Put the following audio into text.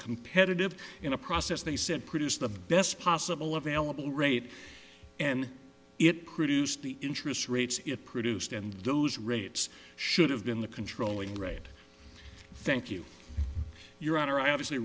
competitive in a process they said produce the best possible available rate and it produced the interest rates it produced and those rates should have been the controlling rate thank you your honor i obviously